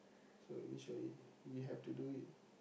so initially we have to do it